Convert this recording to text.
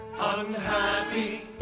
Unhappy